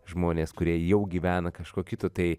žmonės kurie jau gyvena kažkuo kitu tai